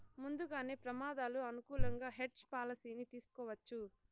ముందుగానే ప్రమాదాలు అనుకూలంగా హెడ్జ్ పాలసీని తీసుకోవచ్చు